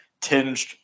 tinged